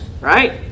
Right